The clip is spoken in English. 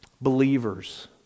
Believers